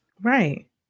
right